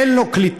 אין לו קליטה.